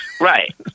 Right